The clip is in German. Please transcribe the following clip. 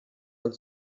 und